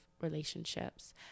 relationships